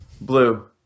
Blue